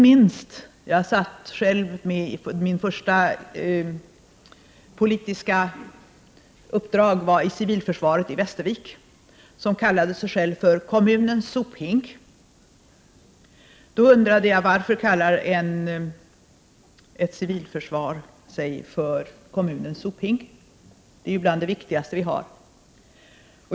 Mitt första politiska uppdrag var inom civilförsvaret i Västervik, som kallade sig självt ”kommunens sophink”. Jag undrade varför civilförsvarets kallade sig så — det är ju någonting av det viktigaste vi har.